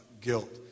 guilt